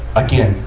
again,